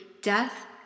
death